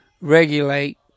regulate